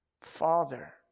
Father